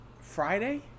Friday